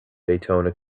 daytona